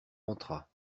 entra